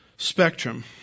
Spectrum